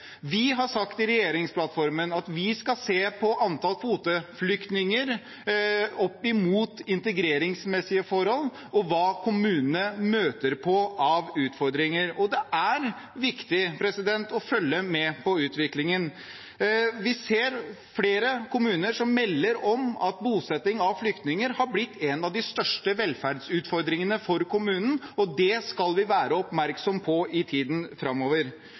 Vi har sagt i regjeringsplattformen at vi skal se på antall kvoteflyktninger opp mot integreringsmessige forhold og hva kommunene møter på av utfordringer. Det er viktig å følge med på utviklingen. Vi ser flere kommuner som melder om at bosetting av flyktninger har blitt en av de største velferdsutfordringene for kommunen, og det skal vi være oppmerksomme på i tiden framover.